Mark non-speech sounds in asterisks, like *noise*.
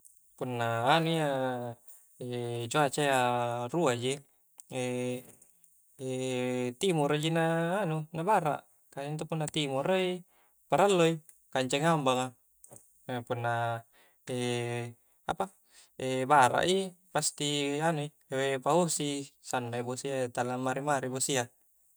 Punna anu ia *hesitation* cuaca ia rua ji *hesitation* timoro ji na anu na bara', ka intu punna timoroi, paralloi kancang i hambang a, ka punna *hesitation* apa bara' i pasti anui pahosi i sanna' i bosia ia tala mari mari i bosi ia.